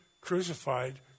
crucified